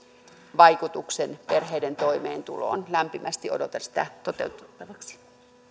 vaikutuksen perheiden toimeentuloon lämpimästi odotan sitä toteutettavaksi